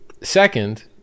Second